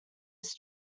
its